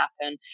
happen